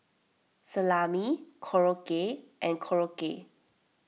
Salami Korokke and Korokke